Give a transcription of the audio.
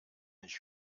nicht